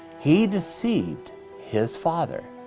he deceived his father.